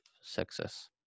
success